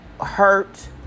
hurt